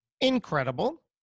Incredible